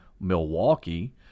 Milwaukee